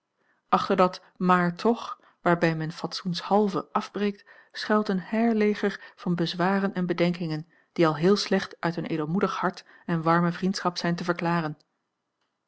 dat maar toch waarbij men fatsoenshalve afbreekt schuilt een heirleger van bezwaren en bedenkingen die al heel slecht uit een edelmoedig hart en warme vriendschap zijn te verklaren